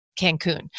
Cancun